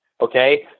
Okay